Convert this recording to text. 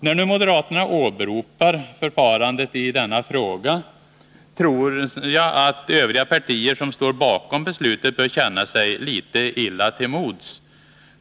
När nu moderaterna åberopar reglerna om förfarande i denna fråga tror jag att övriga partier som står bakom beslutet känner sig litet illa till mods.